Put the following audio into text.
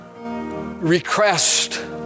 request